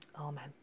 Amen